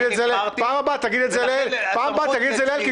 בפעם הבאה תגיד את זה לאלקין,